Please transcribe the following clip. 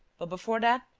but before that?